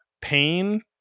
pain